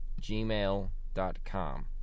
gmail.com